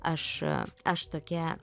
aš aš tokia